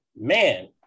Man